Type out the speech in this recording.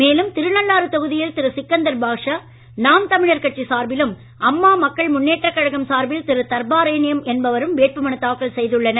மேலும் திருநள்ளாறு தொகுதியில் திரு சிக்கந்தர்பாட்ஷா நாம் தமிழர் கட்சி சார்பிலும் அம்மா மக்கள் முன்னேற்ற கழகம் சார்பில் திரு தர்பாரேண்யம் என்பவரும் வேட்பு மனு தாக்கல் செய்துள்ளனர்